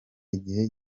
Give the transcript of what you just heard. igihe